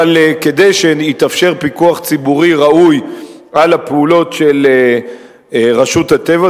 אבל כדי שיתאפשר פיקוח ציבורי ראוי על הפעולות של רשות הטבע,